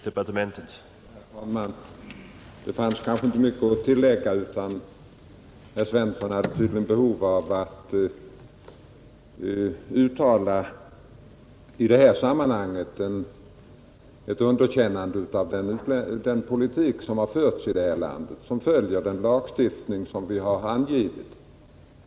Herr talman! Det finns kanske inte mycket att tillägga. Herr Svensson hade tydligen behov av att i det här sammanhanget uttala ett underkännande av den politik som förs i vårt land och som följer den lagstiftning vi har antagit.